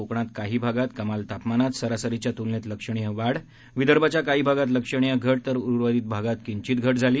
कोकणात काही भागात कमाल तापमानात सरासरीच्या तुलनेत लक्षणीय वाढ विदर्भाच्या काही भागात लक्षणीय घट तर उर्वरित भागात किंचित घट झाली